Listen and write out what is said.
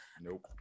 Nope